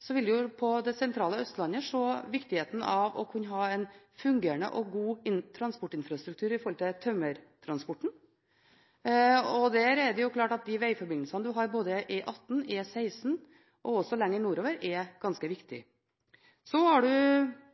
ikke minst på det sentrale Østlandet se viktigheten av å kunne ha en fungerende og god transportinfrastruktur når det gjelder tømmertransporten. Det er klart at de vegforbindelsene vi har, både E18, E16 og også lenger nordover, er ganske viktig. Så har vi, som representanten også var inne på, spørsmålet om Ofotbanen og om Meråkerbanen, og også det mer helhetlige samarbeidet i